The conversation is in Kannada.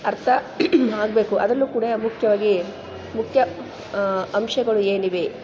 ಅರ್ಥ ಆಗಬೇಕು ಅದರಲ್ಲು ಕೂಡ ಮುಖ್ಯವಾಗಿ ಮುಖ್ಯ ಅಂಶಗಳು ಏನಿವೆ